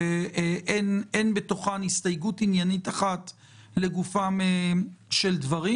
שאין בתוכן הסתייגות עניינית אחת לגופם של דברים.